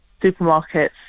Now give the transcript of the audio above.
supermarkets